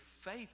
faith